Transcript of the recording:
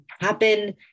happen